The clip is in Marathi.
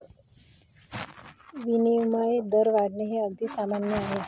विनिमय दर वाढणे हे अगदी सामान्य आहे